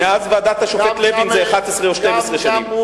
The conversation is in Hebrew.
מאז ועדת השופט לוין זה 11 או 12 שנים.